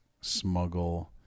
smuggle